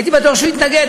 הייתי בטוח שהוא יתנגד,